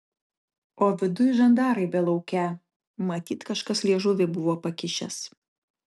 o viduj žandarai belaukią matyt kažkas liežuvį buvo pakišęs